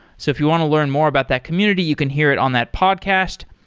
so, if you want to learn more about that community, you can hear it on that podcast.